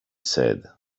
said